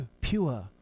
pure